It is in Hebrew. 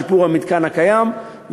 שיפור המתקן הקיים,